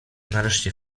nareszcie